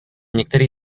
některý